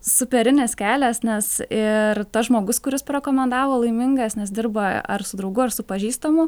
superinis kelias nes ir tas žmogus kuris parekomendavo laimingas nes dirba ar su draugu ar su pažįstamu